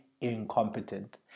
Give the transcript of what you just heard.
incompetent